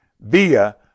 via